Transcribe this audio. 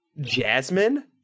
Jasmine